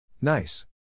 Nice